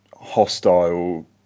hostile